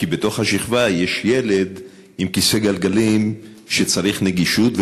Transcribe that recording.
כי בשכבה יש ילד עם כיסא גלגלים שצריך נגישות,